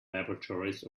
laboratories